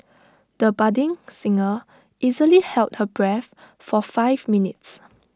the budding singer easily held her breath for five minutes